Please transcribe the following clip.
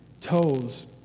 toes